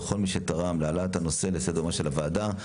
לכל מי שתרם להעלאת הנושא לסדר יומה של הוועדה.